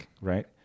Right